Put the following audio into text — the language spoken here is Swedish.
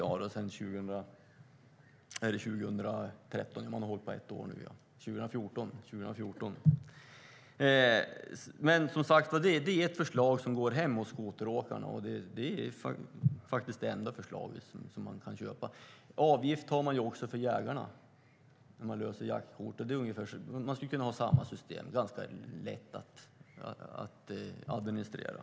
Man har nu hållit på i ett år. Detta är som sagt ett förslag som går hem hos skoteråkarna. Det är faktiskt det enda förslaget som de kan köpa. Avgift har man också för jägarna, som löser jaktkort. Här skulle man kunna ha ungefär samma system. Det skulle vara ganska lätt att administrera.